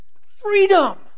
Freedom